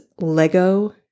Lego